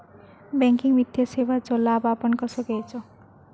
Banking वित्तीय सेवाचो लाभ आपण कसो घेयाचो?